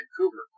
Vancouver